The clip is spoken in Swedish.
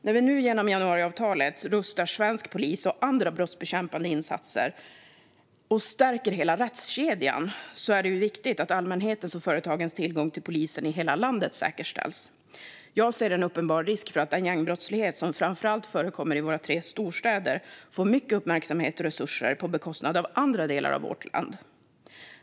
När vi nu genom januariavtalet rustar svensk polis och andra brottsbekämpande myndigheter och stärker hela rättskedjan är det viktigt att allmänhetens och företagens tillgång till polisen i hela landet säkerställs. Jag ser en uppenbar risk för att den gängbrottslighet som framför allt förekommer i våra tre storstäder får mycket uppmärksamhet och resurser på bekostnad av andra delar av vårt land.